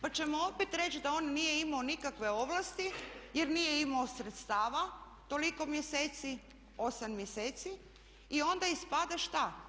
Pa ćemo opet reći da on nije imao nikakve ovlasti jer nije imao sredstava toliko mjeseci, 8 mjeseci, i onda ispada što?